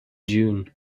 june